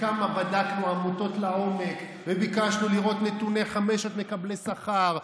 וכמה בדקנו עמותות לעומק וביקשנו לראות את נתוני חמשת מקבלי השכר,